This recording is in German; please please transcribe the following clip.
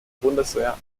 bundeswehr